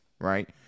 right